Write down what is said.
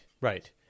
right